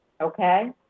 Okay